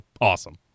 awesome